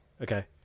okay